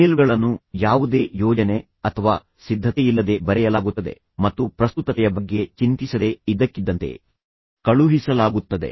ಇಮೇಲ್ಗಳನ್ನು ಯಾವುದೇ ಯೋಜನೆ ಅಥವಾ ಸಿದ್ಧತೆಯಿಲ್ಲದೆ ಬರೆಯಲಾಗುತ್ತದೆ ಮತ್ತು ಪ್ರಸ್ತುತತೆಯ ಬಗ್ಗೆ ಚಿಂತಿಸದೆ ಇದ್ದಕ್ಕಿದ್ದಂತೆ ಕಳುಹಿಸಲಾಗುತ್ತದೆ